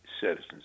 citizens